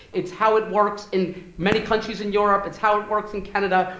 it's how it works in many countries in europe. it's how it works in canada.